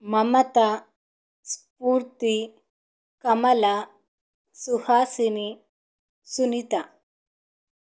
Mamata Spoorthi Kamala Suhasini Sunita